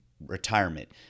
retirement